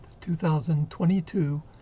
2022